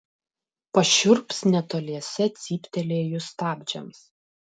pašiurps netoliese cyptelėjus stabdžiams